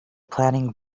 planning